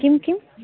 किं किं